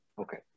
Okay